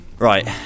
Right